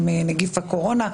עם נגיף הקורונה.